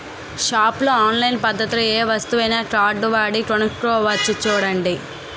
షాపుల్లో ఆన్లైన్ పద్దతిలో ఏ వస్తువునైనా కార్డువాడి కొనుక్కోవచ్చు చూడండి